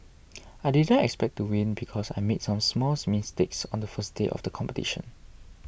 I didn't expect to win because I made some small mistakes on the first day of the competition